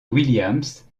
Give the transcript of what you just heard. williams